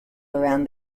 around